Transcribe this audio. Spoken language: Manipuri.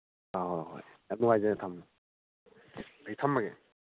ꯍꯣꯏ ꯍꯣꯏ ꯍꯣꯏ ꯌꯥꯝ ꯅꯨꯡꯉꯥꯏꯖꯔꯦ ꯊꯝꯃꯦ ꯑꯩ ꯊꯝꯃꯒꯦ